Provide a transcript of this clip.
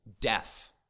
Death